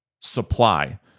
supply